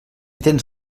tens